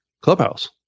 clubhouse